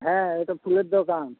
হ্যাঁ এটা ফুলের দোকান